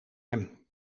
hem